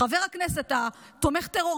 חבר הכנסת תומך הטרור,